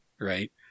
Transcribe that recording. right